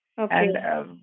Okay